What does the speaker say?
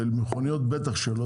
במכוניות בטח שלא,